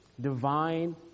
divine